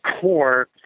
core